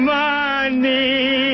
money